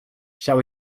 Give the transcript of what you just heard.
shall